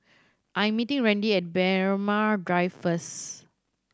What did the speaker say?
I meeting Randi at Braemar Drive first